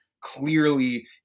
clearly –